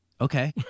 okay